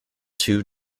two